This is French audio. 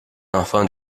enfant